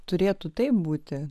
turėtų taip būti